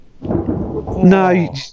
No